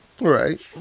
Right